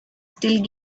still